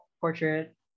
portrait